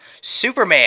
Superman